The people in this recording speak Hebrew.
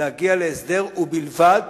להגיע להסדר, ובלבד